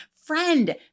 Friend